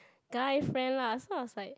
guy friend lah so I was like